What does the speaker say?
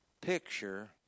picture